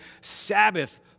Sabbath